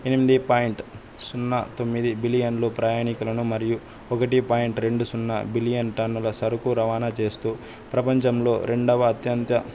ఎనిమిది పాయింట్ సున్నా తొమ్మిది బిలియన్లు ప్రయాణికులను మరియు ఒకటి పాయింట్ రెండు సున్నా బిలియన్ టన్నుల సరుకు రవాణా చేస్తూ ప్రపంచంలో రెండవ అత్యంత